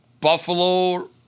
Buffalo